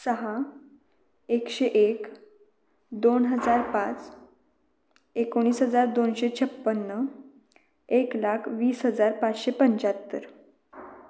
सहा एकशे एक दोन हजार पाच एकोणीस हजार दोनशे छप्पन्न एक लाख वीस हजार पाचशे पंचाहत्तर